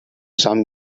some